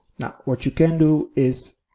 now, what you can do is